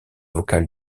vocale